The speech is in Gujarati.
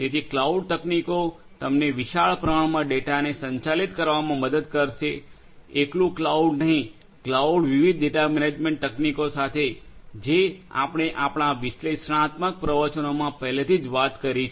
તેથી ક્લાઉડ તકનીકો તમને વિશાળ પ્રમાણમાં ડેટાને સંચાલિત કરવામાં મદદ કરશે એકલુ ક્લાઉડ નહીં ક્લાઉડ વિવિધ ડેટા મેનેજમેન્ટ તકનીકીઓ સાથે જે આપણે આપણા વિશ્લેષણાત્મક પ્રવચનોમાં પહેલેથી જ વાત કરી છે